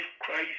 Christ